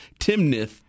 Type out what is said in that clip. Timnith